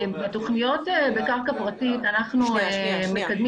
אני אסביר לך: בתוכניות בקרקע פרטית אנחנו מקדמים